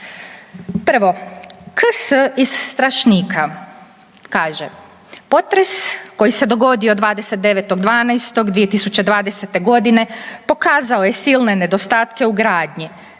Prvo, KS iz Strašnika kaže: „Potres koji se dogodio 29. 12. 2020. godine pokazao je silne nedostatke u gradnji.